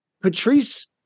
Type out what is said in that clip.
Patrice